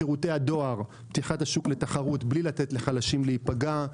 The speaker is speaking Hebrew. שירותי הדואר פתיחת השוק לתחרות בלי לתת לחלשים להיפגע,